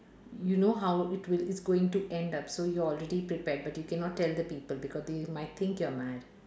you know how it will it's going to end up so you already prepared but you cannot tell the people because they might think you are mad